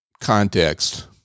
context